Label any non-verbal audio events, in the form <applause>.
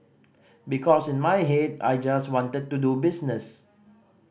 because in my head I just wanted to do business <noise>